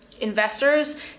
investors